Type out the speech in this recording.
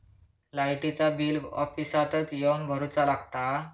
लाईटाचा बिल ऑफिसातच येवन भरुचा लागता?